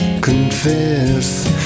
confess